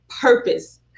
purpose